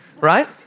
right